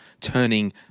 turning